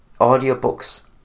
audiobooks